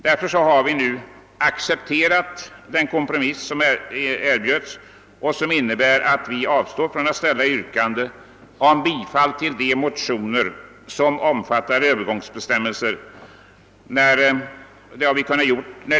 Därför har vi från moderata samlingspartiet accepterat en kompromiss som innebär, att vi avstår från att ställa yrkanden om bifall till de motioner vilka avser övergångsbestämmelserna.